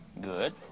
Good